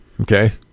Okay